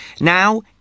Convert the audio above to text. now